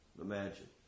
Imagine